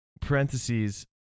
parentheses